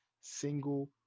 single